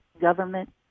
government